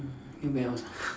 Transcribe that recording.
and where else ah